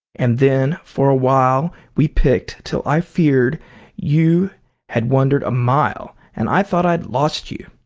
and then for a while we picked, till i feared you had wandered a mile, and i thought i had lost you.